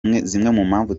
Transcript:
televiziyo